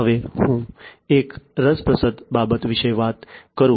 હવે હું એક રસપ્રદ બાબત વિશે વાત કરું